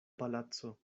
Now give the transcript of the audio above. palaco